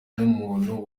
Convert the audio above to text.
n’umuntu